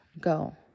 go